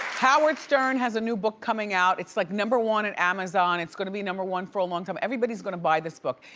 howard stern has a new book coming out, it's like number one on and amazon, it's gonna be number one for a long time. everybody's gonna buy this book.